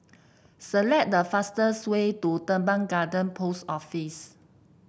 select the fastest way to Teban Garden Post Office